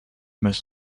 most